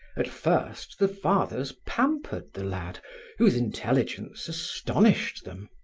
at first the fathers pampered the lad whose intelligence astonished them.